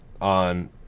on